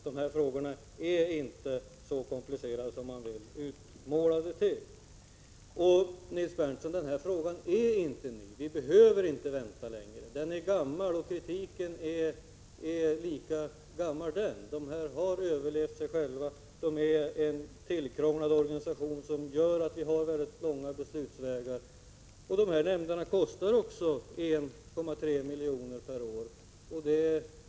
Den är inte så komplicerad som den utmålas att vara. Frågan är inte heller ny, Nils Berndtson, utan den är gammal liksom kritiken. Vi behöver inte vänta längre på frågans lösning. Organisationen är tillkrånglad och har överlevt sig själv. Beslutsvägarna är mycket långa. Nämnderna kostar också 1,3 milj.kr. per år.